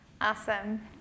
Awesome